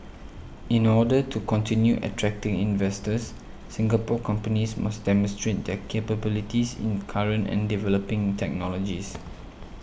in order to continue attracting investors Singapore companies must demonstrate their capabilities in current and developing technologies